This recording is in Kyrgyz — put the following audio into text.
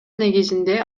негизинде